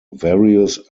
various